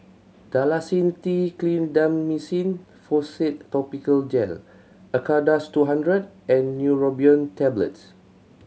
Dalacin T Clindamycin Phosphate Topical Gel Acardust two hundred and Neurobion Tablets